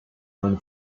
one